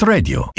Radio